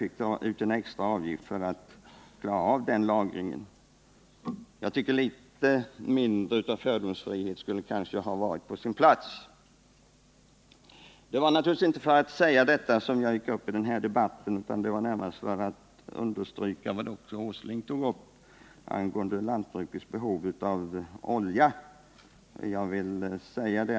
ta ut en extra avgift för att klara av lagringen. Litet mindre av fördomsfrihet skulle kanske ha varit på sin plats. Men det var naturligtvis inte för att säga detta som jag gick upp i debatten, utan det var närmast för att understryka det som Nils Åsling sade om lantbrukets behov av olja.